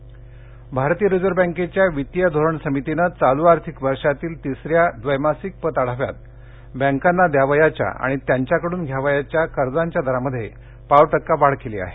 रिम्मर्व bank भारतीय reserve बेंकेच्या वित्तीय धोरण समितीनं चालू आर्थिक वर्षातील तिसऱ्या द्वैमासिक पत आढाव्यात बैंकांना द्यावयाच्या आणि त्यांच्याकडून घ्यावयाच्या कर्जांच्या दरांमध्ये पाव टक्का वाढ केली आहे